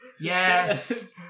Yes